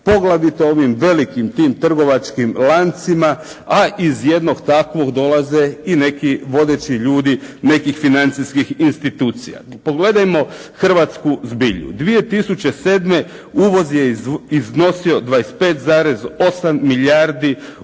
poglavito ovim velikim tim trgovačkim lancima a iz jednog takvog dolaze i neki vodeći ljudi nekih financijskih institucija. Pogledajmo hrvatsku zbilju, 2007. uvoz je iznosio 25,8 milijardi USA